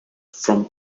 from